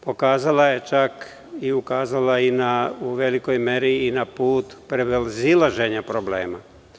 Pokazala je čak i ukazala u velikoj meri i na put prevazilaženja problema.